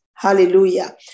Hallelujah